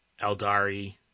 Eldari